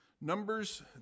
Numbers